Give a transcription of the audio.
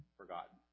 forgotten